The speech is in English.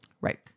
Right